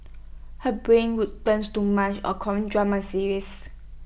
her brain would turns to mush on Korean drama serials